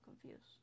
confused